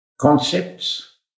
concepts